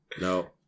no